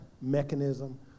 mechanism